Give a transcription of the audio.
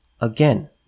Again